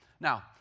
Now